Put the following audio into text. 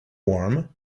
warm